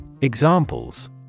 Examples